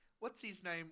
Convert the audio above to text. What's-his-name